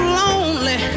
lonely